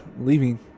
leaving